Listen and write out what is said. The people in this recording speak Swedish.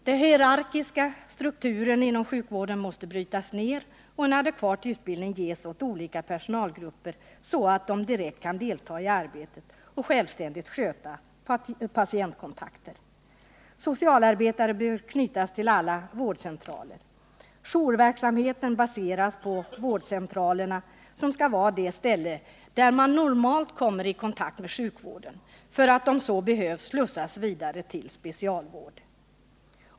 Den hierarkiska strukturen inom sjukvården måste brytas ner och en adekvat utbildning ges åt olika personalgrupper, så att de direkt kan delta i arbetet och självständigt sköta patientkontakter. Socialarbetare bör knytas till alla vårdcentraler. Jourverksamheten baseras på vårdcentralerna, som skall vara det ställe där man normalt kommer i kontakt med sjukvården för att om så behövs slussas vidare till specialvård.